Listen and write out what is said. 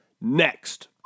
Next